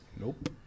Nope